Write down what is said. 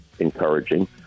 encouraging